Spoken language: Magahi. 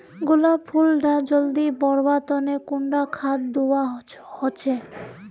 गुलाब फुल डा जल्दी बढ़वा तने कुंडा खाद दूवा होछै?